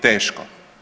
Teško.